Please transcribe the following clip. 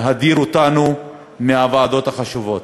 להדיר אותנו מהוועדות החשובות.